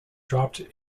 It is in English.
dropped